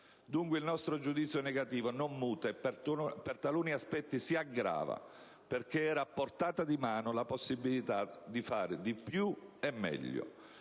Dunque, il nostro giudizio negativo non muta, anzi per taluni aspetti si aggrava, perché era a portata di mano la possibilità di fare di più e meglio.